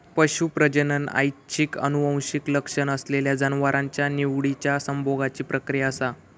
पशू प्रजनन ऐच्छिक आनुवंशिक लक्षण असलेल्या जनावरांच्या निवडिच्या संभोगाची प्रक्रिया असा